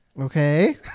Okay